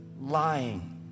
lying